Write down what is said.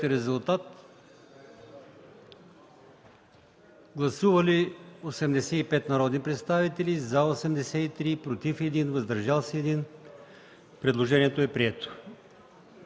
комисията. Гласували 89 народни представители: за 26, против 51, въздържали се 12. Предложението не е прието.